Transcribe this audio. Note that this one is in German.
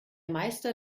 meister